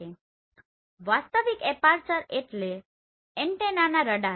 તો વાસ્તવિક એપાર્ચર એટલે એન્ટેના રડાર